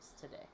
today